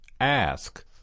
Ask